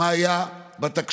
מה היה בתקש"ח,